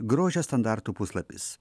grožio standartų puslapis